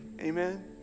Amen